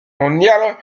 mondiale